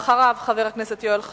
אחריו, חבר הכנסת יואל חסון,